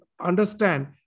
understand